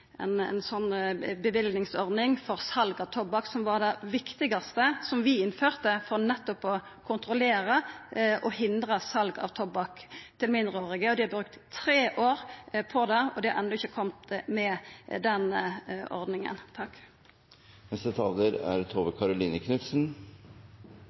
for sal av tobakk, som var det viktigaste vi innførte for nettopp å kontrollera og hindra sal av tobakk til mindreårige. Dei har brukt tre år på det og har enno ikkje kome med den ordninga.